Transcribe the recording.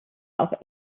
auch